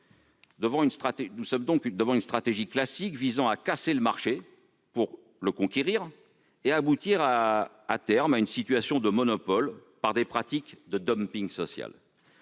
Nous sommes face à une stratégie classique visant à casser le marché pour le conquérir et aboutir, à terme, à une situation de monopole par des pratiques de dumping social.